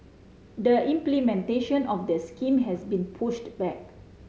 the implementation of the scheme has been pushed back